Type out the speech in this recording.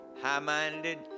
high-minded